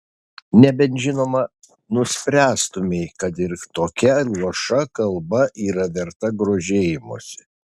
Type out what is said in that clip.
nebent žinoma nuspręstumei kad ir tokia luoša kalba yra verta grožėjimosi